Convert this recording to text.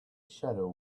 shadow